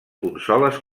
consoles